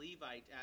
Levite